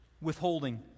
withholding